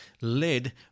led